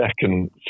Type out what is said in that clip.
Second